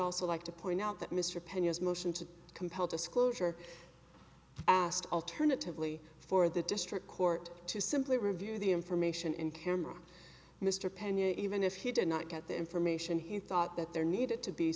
also like to point out that mr pena's motion to compel disclosure asked alternatively for the district court to simply review the information in camera mr pena even if he did not get the information he thought that there needed to be